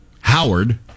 Howard